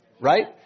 right